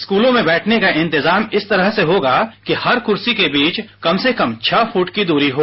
स्कूलों में बैठने का इस्तेमाल इस तरह से होगा कि हर क्सी के बीच कम से कम छह फीट की द्री हो